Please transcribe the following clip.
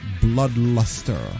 Bloodluster